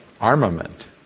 armament